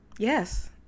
Yes